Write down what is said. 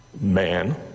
man